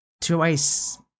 twice